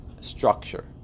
structure